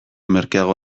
merkeago